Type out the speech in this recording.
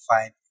find